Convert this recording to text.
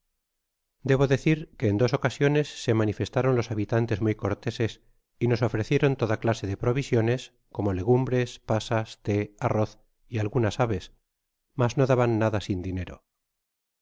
debo decir que en dos ocasiones se manifestaron los habitantes muy corteses y nos ofrecieron toda clase de provisiones como legumbres pasas té arroz y algunas aves mas no daban nada sin dinero